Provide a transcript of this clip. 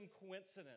coincidence